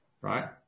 Right